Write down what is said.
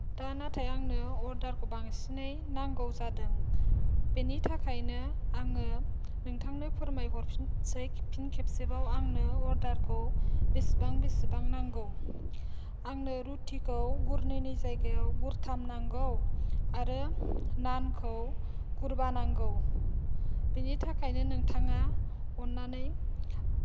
दा नाथाय आंनो अरदारखौ बांसिनै नांगौ जादों बेनि थाखायनो आङो नोंथांनो फोरमायहरफिनसै फिन खेबसेबाव आंनो अरदारखौ बिसिबां बिसिबां नांगौ आंनो रुथिखौ गुरनैनि जायगायाव गुरथाम नांगौ आरो नानखौ गुरबा नांगौ बिनि थाखायनो नोंथाङा अन्नानै